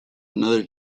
another